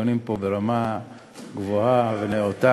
הביומטריות הוא כבר בן שנים אחדות.